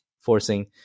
forcing